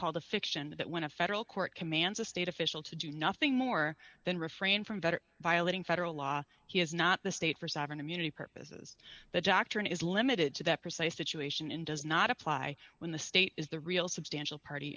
called the fiction that when a federal court commands a state official to do nothing more than refrain from vetter violating federal law he is not the state for sovereign immunity purposes that doctrine is limited to that precise situation in does not apply when the state is the real substantial party